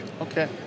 Okay